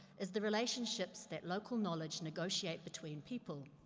is the relationships that local knowledge negotiate between people.